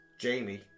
Jamie